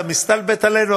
אתה מסתלבט עלינו,